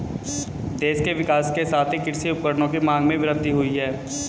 देश के विकास के साथ ही कृषि उपकरणों की मांग में वृद्धि हुयी है